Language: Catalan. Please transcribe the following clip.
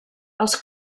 els